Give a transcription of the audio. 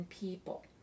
people